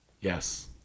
Yes